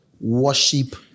Worship